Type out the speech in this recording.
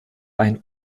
ein